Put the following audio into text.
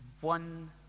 one